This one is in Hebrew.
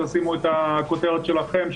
תשימו את הכותרת שלכם,